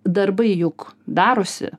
darbai juk darosi